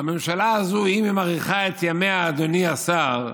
שהממשלה הזו, אם היא מאריכה את ימיה, אדוני השר,